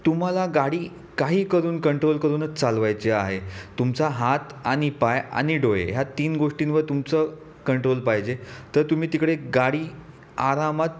तुम्हाला गाडी काही करून कंट्रोल करूनच चालवायची आहे तुमचा हात आणि पाय आणि डोळे ह्या तीन गोष्टींवर तुमचं कंट्रोल पाहिजे तर तुम्ही तिकडे गाडी आरामात